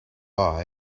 are